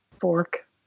fork